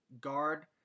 guard